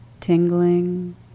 tingling